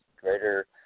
greater